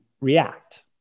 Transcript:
react